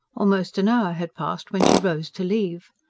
almost an hour had passed when she rose to leave.